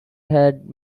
had